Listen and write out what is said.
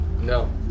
No